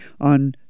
on